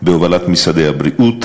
בהובלת משרדי הבריאות,